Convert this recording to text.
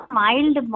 mild